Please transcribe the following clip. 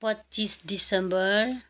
पच्चिस दिसम्बर